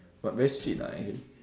but very sweet lah actually